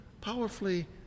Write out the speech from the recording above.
powerfully